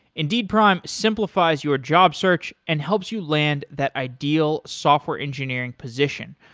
indeed prime simplifies your job search and helps you land that ideal software engineering position,